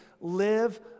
live